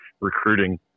recruiting